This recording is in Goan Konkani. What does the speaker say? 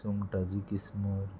सुंगटाची किस्मूर